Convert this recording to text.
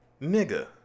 nigga